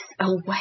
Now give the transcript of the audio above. away